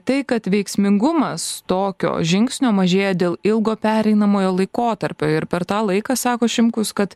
tai kad veiksmingumas tokio žingsnio mažėja dėl ilgo pereinamojo laikotarpio ir per tą laiką sako šimkus kad